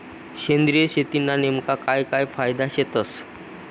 सेंद्रिय शेतीना नेमका काय काय फायदा शेतस?